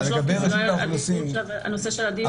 לא ידענו שזה נושא הדיון.